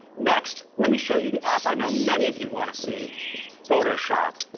next, let me show you the app i know many of you wanna see photoshop.